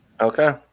Okay